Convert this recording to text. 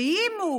אם הוא